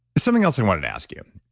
something else i wanted to ask you,